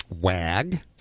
WAG